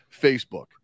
Facebook